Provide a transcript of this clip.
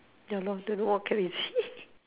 ya lor don't know what crazy